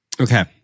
okay